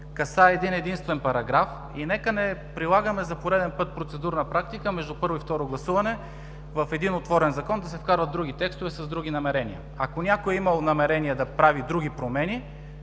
Касае един единствен параграф. И нека не прилагаме за пореден път процедурна практика между първо и второ гласуване в един отворен закон да се вкарват други текстове с други намерения. Ако някой е имал намерение да прави други промени,